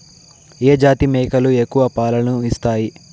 ఏ జాతి మేకలు ఎక్కువ పాలను ఇస్తాయి?